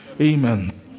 Amen